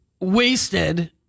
wasted